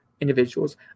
individuals